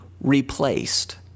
replaced